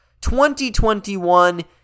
2021